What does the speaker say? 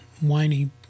whiny